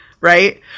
Right